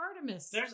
Artemis